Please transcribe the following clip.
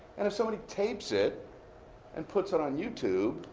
and if somebody tapes it and puts it on youtube